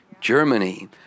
Germany